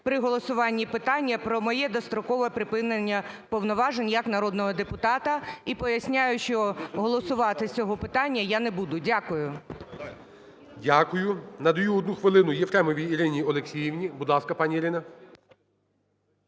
при голосуванні питання про моє дострокове припинення повноважень як народного депутата. І поясняю, що голосувати з цього питання я не буду. Дякую. ГОЛОВУЮЧИЙ. Дякую. Надаю одну хвилину Єфремовій Ірині Олексіївні. Будь ласка, пані Ірина.